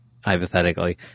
Hypothetically